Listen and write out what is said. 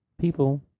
people